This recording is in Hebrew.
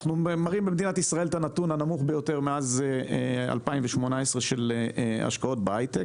מדינת ישראל מראה את הנתון הנמוך ביותר מאז 2018 מבחינת ההשקעות בהייטק,